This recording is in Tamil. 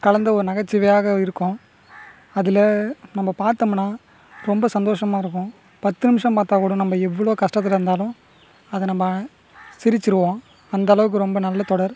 கலந்த ஒரு நகைச்சுவையாக இருக்கும் அதில் நம்ம பார்த்தம்மனா ரொம்ப சந்தோஷமாக இருக்கும் பத்து நிமிடம் பார்த்தாகூடும் நம்ம எவ்வளோ கஷ்டத்தில் இருந்தாலும் அதை நம்ம சிரிச்சிடுவோம் அந்தளவுக்கு ரொம்ப நல்ல தொடர்